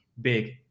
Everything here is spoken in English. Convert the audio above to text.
big